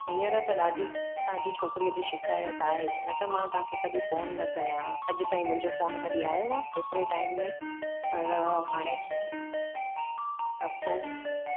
हींअर त ॾाढी तव्हांजी छोकरीअ जी शिकायत आहे न त मां तव्हांखे कॾहिं फोन न कयां हा अॼु ताईं मुंहिंजो फोन कॾहिं आयो आहे हेतिरे टाईम में पर हाणे त पोइ